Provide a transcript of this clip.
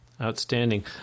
Outstanding